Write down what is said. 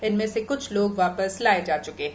इनमें से क्छ लोग वापस लाये जा चुके हैं